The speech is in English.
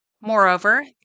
Moreover